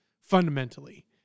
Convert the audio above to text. fundamentally